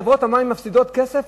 חברות המים מפסידות כסף,